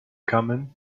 common